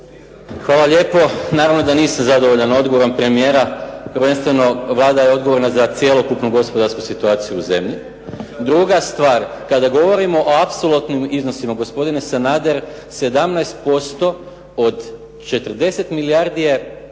Hvala lijepo. Naravno da nisam zadovoljan odgovorom premijera. Prvenstveno, Vlada je odgovorna za cjelokupnu gospodarsku situaciju u zemlji. Druga stvar, kada govorimo o apsolutnim iznosima gospodine Sanader, 17% od 40 milijardi je